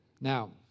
Now